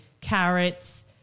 carrots